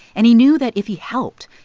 and he knew that if he helped,